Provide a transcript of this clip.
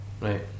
right